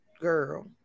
Girl